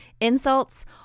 insults